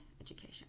education